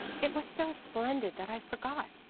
it was so splendid that i forgot.